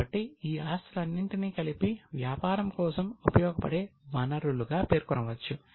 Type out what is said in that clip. కాబట్టి ఈ ఆస్తులన్నింటినీ కలిపి వ్యాపారం కోసం ఉపయోగపడే వనరులుగా పేర్కొనవచ్చు